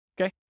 Okay